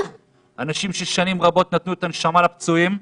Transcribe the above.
אנשים ששנים רבות נתנו את הנשמה לפצועים,